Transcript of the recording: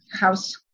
house